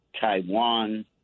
Taiwan